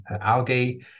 algae